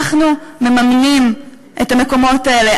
אנחנו מממנים את המקומות האלה.